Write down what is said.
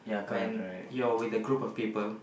when you're with a group of people